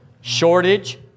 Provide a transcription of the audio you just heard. shortage